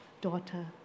daughter